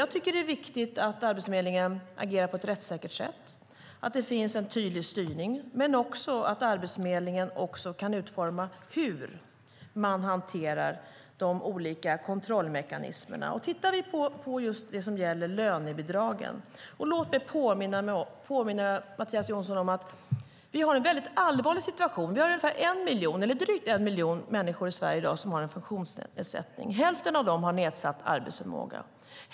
Jag tycker att det är viktigt att Arbetsförmedlingen agerar på ett rättssäkert sätt, att det finns en tydlig styrning, men också att Arbetsförmedlingen kan utforma hanteringen av de olika kontrollmekanismerna. Låt mig när vi tittar på just det som gäller lönebidragen påminna Mattias Jonsson om att vi har en väldigt allvarlig situation. Vi har drygt en miljon människor i Sverige i dag som har en funktionsnedsättning. Hälften av dem har nedsatt arbetsförmåga.